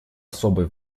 особое